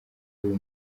uyu